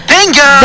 Bingo